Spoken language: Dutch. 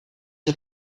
het